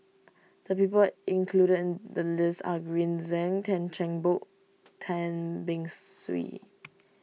the people included in the list are Green Zeng Tan Cheng Bock Tan Beng Swee